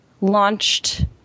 launched